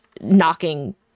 knocking